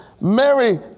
Mary